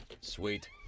Sweet